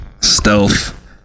stealth